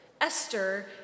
Esther